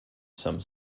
some